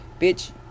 bitch